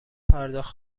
پرداخت